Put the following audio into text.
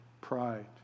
pride